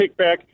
kickback